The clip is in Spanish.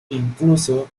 incluso